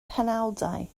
penawdau